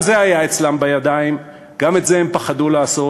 גם זה היה אצלם בידיים, גם את זה הם פחדו לעשות,